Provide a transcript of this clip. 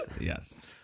Yes